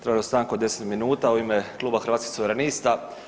Tražim stanku od 10 minuta u ime kluba Hrvatskih suverenista.